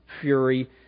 fury